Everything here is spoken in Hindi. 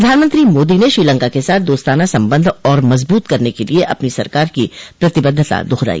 प्रधानमंत्री मोदी ने श्रीलंका के साथ दोस्ताना संबंध और मजबूत करने के लिए अपनी सरकार की प्रतिबद्धता दोहराई